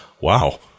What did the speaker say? Wow